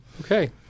Okay